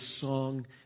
song